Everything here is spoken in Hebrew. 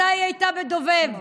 מתי היא הייתה בדובב?